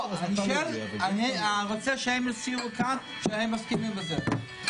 לא, אני רוצה שהם יצהירו כאן שהם מסכימים לזה.